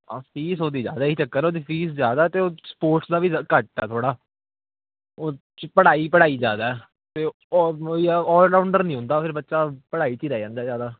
ਹਾਂ ਫ਼ੀਸ ਉਹਦੀ ਜ਼ਿਆਦਾ ਇਹ ਹੀ ਚੱਕਰ ਹੈ ਉਹਦੀ ਫ਼ੀਸ ਜ਼ਿਆਦਾ ਅਤੇ ਉਹ ਸਪੋਰਟਸ ਦਾ ਵੀ ਘੱਟ ਹੈ ਥੋੜ੍ਹਾ ਉਹ 'ਚ ਪੜ੍ਹਾਈ ਪੜ੍ਹਾਈ ਜ਼ਿਆਦਾ ਹੈ ਅਤੇ ਉਹ ਓਲਰਾਉਂਡਰ ਨਹੀਂ ਹੁੰਦਾ ਫਿਰ ਬੱਚਾ ਪੜ੍ਹਾਈ 'ਚ ਹੀ ਰਹਿ ਜਾਂਦਾ ਜ਼ਿਆਦਾ